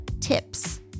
tips